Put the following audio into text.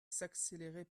s’accélérer